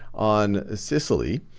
on ah sicily.